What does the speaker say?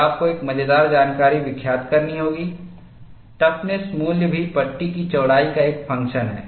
और आपको एक मजेदार जानकारी विख्यात करनी होगी टफ़्नस मूल्य भी पट्टी की चौड़ाई का एक फंक्शन है